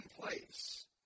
place